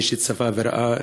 מי שצפה וראה,